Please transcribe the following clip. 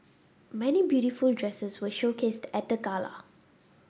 many beautiful dresses were showcased at the gala